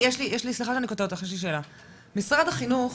משרד החינוך